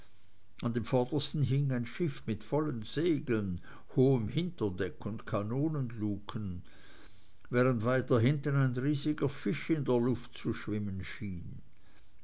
an dem vordersten hing ein schiff mit vollen segeln hohem hinterdeck und kanonenluken während weiterhin ein riesiger fisch in der luft zu schwimmen schien